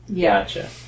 Gotcha